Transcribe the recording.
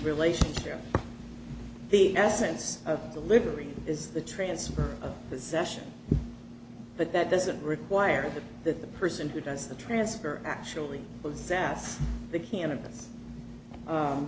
relationship the essence of delivery is the transfer of possession but that doesn't require that the person who does the transfer actually will sas the can